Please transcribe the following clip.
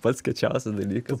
pats kiečiausias dalykas